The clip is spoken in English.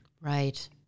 Right